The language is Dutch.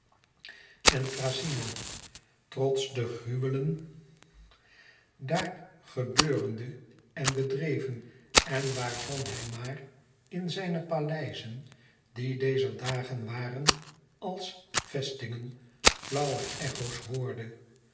en thracyna trots de gruwelen daar gebeurende en bedreven en waarvan hij maar in zijne paleizen die dezer dagen waren als vestingen flauwe echo's hoorde